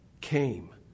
came